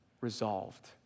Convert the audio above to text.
Resolved